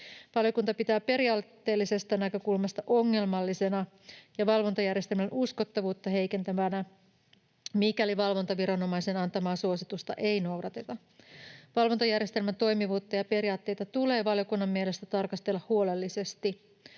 Valiokunta pitää periaatteellisesta näkökulmasta ongelmallisena ja valvontajärjestelmän uskottavuutta heikentävänä sitä, että valvontaviranomaisen antamaa suositusta ei noudateta. Valvontajärjestelmän toimivuutta ja periaatteita tulee valiokunnan mielestä tarkastella huolellisesti.